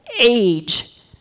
age